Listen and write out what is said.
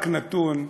רק נתון אחד: